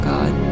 God